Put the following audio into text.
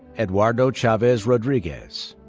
eduardo chavez rodriguez.